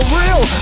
real